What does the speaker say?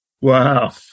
Wow